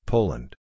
Poland